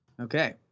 Okay